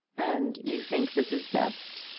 and you think this is best?